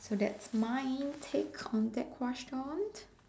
so that's my take on that question